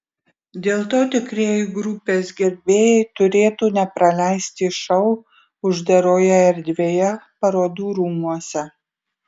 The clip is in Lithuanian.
dėl to tikrieji grupės gerbėjai turėtų nepraleisti šou uždaroje erdvėje parodų rūmuose